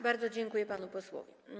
Bardzo dziękuję panu posłowi.